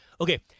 Okay